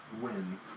win